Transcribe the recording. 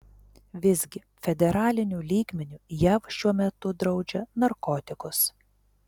visgi federaliniu lygmeniu jav šiuo metu draudžia narkotikus